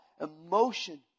emotion